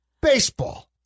baseball